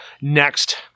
next